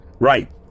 Right